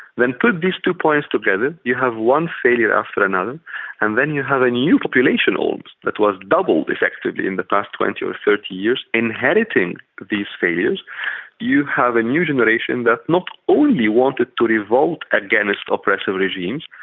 then put these two points together you have one failure after another and then you have a new population that was doubled, effectively, in the past twenty or thirty years, inheriting these failures you have a new generation that not only wanted to revolt against oppressive regimes,